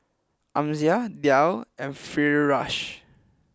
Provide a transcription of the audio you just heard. Amsyar Dhia and Firash